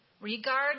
Regard